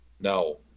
no